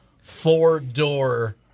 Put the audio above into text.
four-door